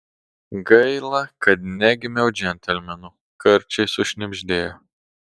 gaila kad negimiau džentelmenu karčiai sušnibždėjo